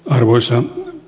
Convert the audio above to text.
arvoisa